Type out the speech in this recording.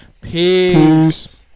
Peace